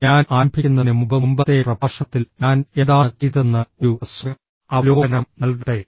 ഞാൻ ആരംഭിക്കുന്നതിന് മുമ്പ് മുമ്പത്തെ പ്രഭാഷണത്തിൽ ഞാൻ എന്താണ് ചെയ്തതെന്ന് ഒരു ഹ്രസ്വ അവലോകനം നൽകട്ടെ